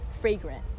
fragrant